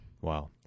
Wow